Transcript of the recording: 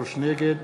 נגד